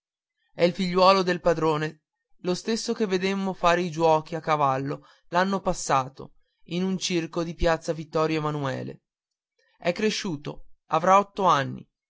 è il figliuolo del padrone lo stesso che vedemmo fare i giochi a cavallo l'anno passato in un circo di piazza vittorio emanuele è cresciuto avrà otto anni